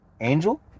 Angel